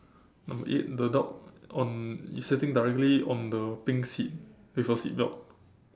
number eight the dog on is sitting directly on the pink seat with a seatbelt